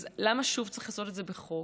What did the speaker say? אז למה שוב צריך לעשות את זה בחוק?